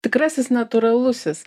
tikrasis natūralusis